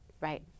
Right